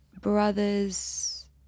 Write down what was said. brother's